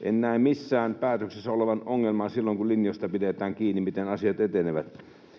En näe missään päätöksessä olevan ongelmaa silloin, kun pidetään niistä linjoista kiinni, miten asiat etenevät.